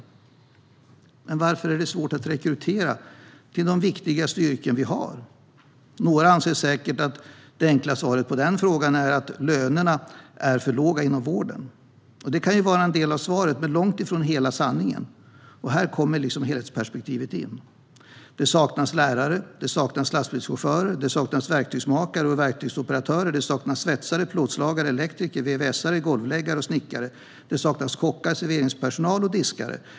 Men varför är det svårt att rekrytera till de viktigaste yrken vi har? Några anser säkert att det enkla svaret på den frågan är att lönerna är för låga inom vården. Det kan vara en del av svaret, men långt ifrån hela sanningen, och här kommer helhetsperspektivet in. Det saknas lärare, det saknas lastbilschaufförer, det saknas verktygsmakare och verktygsoperatörer, det saknas svetsare, plåtslagare, elektriker, vvs:are, golvläggare och snickare. Det saknas kockar, serveringspersonal och diskare.